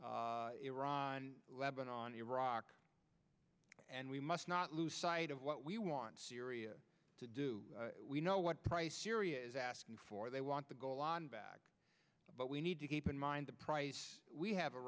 d iran lebanon iraq and we must not lose sight of what we want syria to do we know what price syria is asking for they want to go on back but we need to keep in mind the price we have a